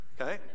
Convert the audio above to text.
okay